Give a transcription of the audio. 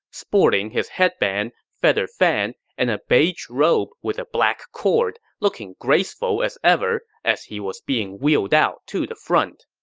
sporting his head band, feather fan, and a beige robe with a black cord, looking graceful as ever as he was wheeled out to the front